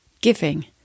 giving